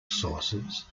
sources